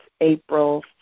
April